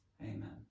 Amen